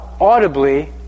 audibly